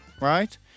right